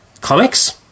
comics